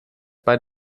bei